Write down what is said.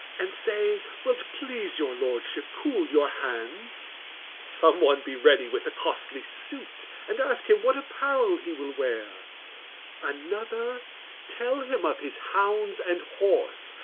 and say will't please your lordship cool your hands some one be ready with a costly suit, and ask him what apparel he will wear another tell him of his hounds and horse,